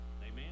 Amen